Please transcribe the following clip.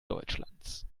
deutschlands